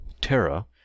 Terra